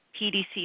PDC